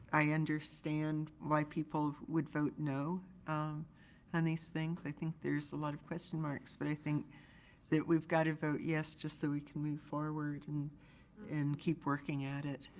i understand why people would vote no on um and these things. i think there's a lot of question marks but i think that we've gotta vote yes just so we can move forward and and keep working at it